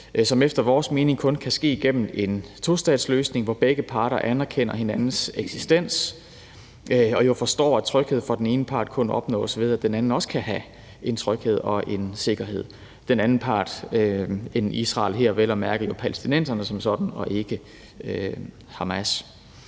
som efter vores mening kun kan ske gennem en tostatsløsning, hvor begge parter anerkender hinandens eksistens og jo forstår, at tryghed for den ene part kun opnås ved, at den anden også kan have en tryghed og en sikkerhed – den anden part end Israel er jo her vel at mærke palæstinenserne som sådan og ikke Hamas.